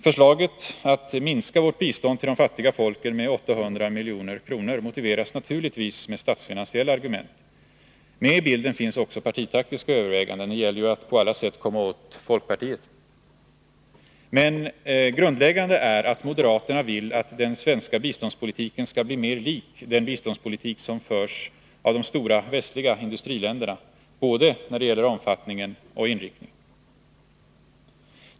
Förslaget att minska vårt bistånd till de fattiga folken med 800 milj.kr. motiveras naturligtvis med statsfinansiella argument. Med i bilden finns också partitaktiska överväganden. Det gäller ju att på alla sätt komma åt folkpartiet. Men grundläggande är att moderaterna vill att den svenska biståndspolitiken skall bli mer lik den biståndspolitik som förs av de stora västliga industriländerna, både när det gäller omfattningen och inriktningen.